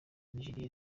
nigeria